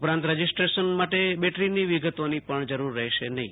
ઉપરાંત રજિસ્ટ્રેશન માટે બેટરીની વિગતોની જરૂર રહેશે નહીં